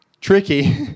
tricky